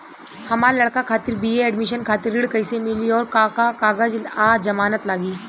हमार लइका खातिर बी.ए एडमिशन खातिर ऋण कइसे मिली और का का कागज आ जमानत लागी?